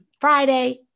friday